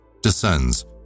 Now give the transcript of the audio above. descends